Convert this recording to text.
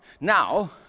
Now